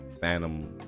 phantom